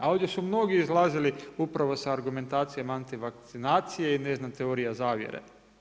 Ali ovdje su mnogi izlazili upravo sa argumentacijama antivakcinacije i ne znam, teorija zavjere.